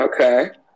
Okay